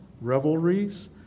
revelries